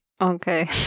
Okay